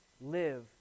Live